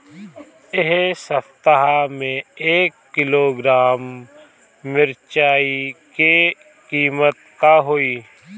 एह सप्ताह मे एक किलोग्राम मिरचाई के किमत का होई?